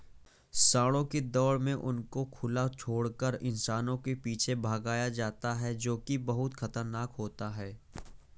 सांडों की दौड़ में उनको खुला छोड़कर इंसानों के पीछे भगाया जाता है जो की बहुत खतरनाक होता है